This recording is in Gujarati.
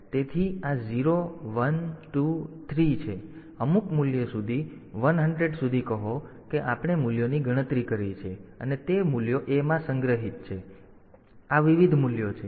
તેથી આ 0 1 2 3 છે તેથી અમુક મૂલ્ય સુધી 100 સુધી કહો કે આપણે મૂલ્યોની ગણતરી કરી છે અને તે મૂલ્યો A માં સંગ્રહિત છે તેથી આ વિવિધ મૂલ્યો છે